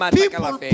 people